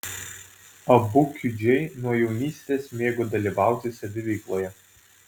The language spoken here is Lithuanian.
abu kiudžiai nuo jaunystės mėgo dalyvauti saviveikloje